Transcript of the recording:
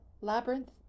Labyrinth